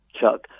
Chuck